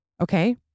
Okay